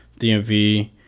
DMV